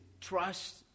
trust